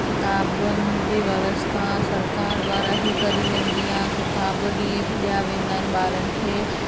किताबनि जी व्यवस्था सरकारि द्वारा ई करी वेंदी आहे किताब ॾी ॾिया वेंदा आहिनि ॿारनि खे